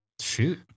Shoot